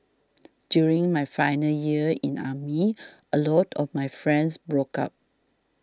during my final year in army a lot of my friends broke up